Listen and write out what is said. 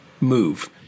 move